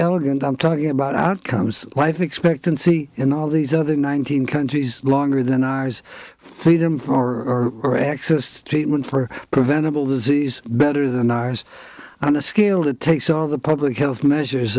elegant i'm talking about outcomes life expectancy in all these other nineteen countries longer than ours freedom for or for access to treatment for preventable disease better than ours on a scale that takes all the public health measures